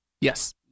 Yes